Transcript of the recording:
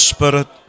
Spirit